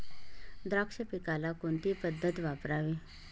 द्राक्ष पिकाला कोणती पद्धत वापरावी?